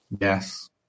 yes